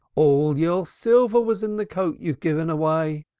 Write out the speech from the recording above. all your silver was in the coat you've given away!